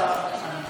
אם לא אז לא.